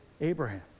Abraham